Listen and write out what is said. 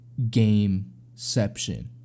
gameception